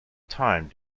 time